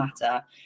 matter